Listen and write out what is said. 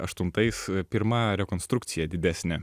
aštuntais pirma rekonstrukcija didesnė